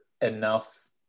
enough